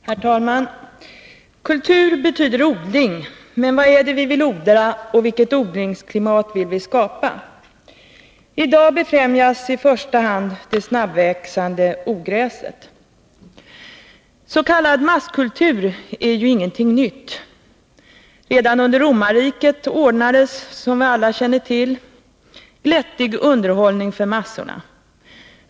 Herr talman! Kultur betyder odling. Men vad är det vi vill odla och vilket odlingsklimat vill vi skapa? I dag befrämjas i första hand det snabbväxande ogräset. S. k. masskultur är ju ingenting nytt. Redan under romarriket ordnades, som vi alla känner till, glättig underhållning för massorna.